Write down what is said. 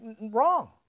Wrong